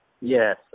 Yes